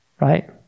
Right